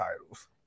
titles